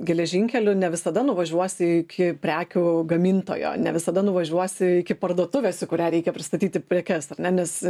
geležinkeliu ne visada nuvažiuosi iki prekių gamintojo ne visada nuvažiuosi iki parduotuvės į kurią reikia pristatyti prekes ar ne nes